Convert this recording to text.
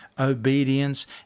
obedience